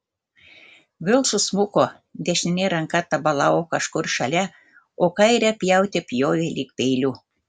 vėl susmuko dešinė ranka tabalavo kažkur šalia o kairę pjaute pjovė lyg peiliu